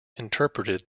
interpreted